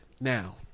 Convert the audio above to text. Now